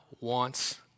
wants